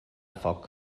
foc